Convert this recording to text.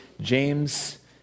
James